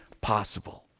possible